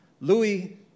Louis